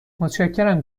متشکرم